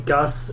Gus